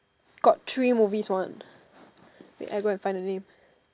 got three movies one wait I go find the name